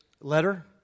letter